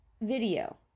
video